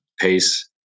pace